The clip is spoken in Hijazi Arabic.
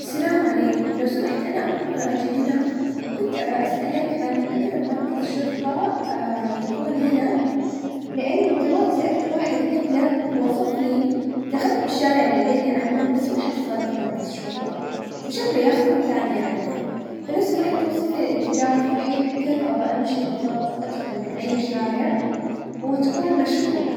السلام عليكم لو سمحت انا اول مرة اجي هنا وكنت ابا اسألك عن اقرب مركز شرطة يكون هنا لانه كمان سألت واحد قبلك ووصف لي ودخلت بالشارع اللي قال لي عنه بس ما حصلت مركز شرطة، فشكله يا اخي كان ما يعرف، فلو سمحت توصف لي الاتجاه الصحيح، وكيف ابا امشي بالظبط وادخل من اي شارع، وتكون مشكور.